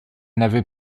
n’avait